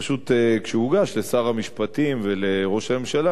פשוט כשהוא הוגש לשר המשפטים ולראש הממשלה,